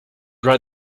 write